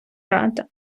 рада